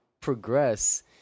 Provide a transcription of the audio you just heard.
progress